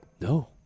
No